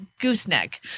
gooseneck